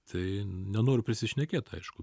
tai nenoriu prisišnekėt aišku